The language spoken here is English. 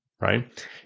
right